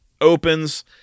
opens